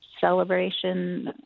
celebration